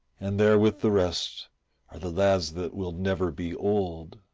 and there with the rest are the lads that will never be old.